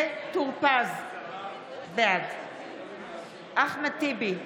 בעד אחמד טיבי,